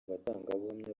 batangabuhamya